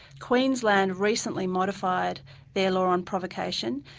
queensland recently modified their law on provocation.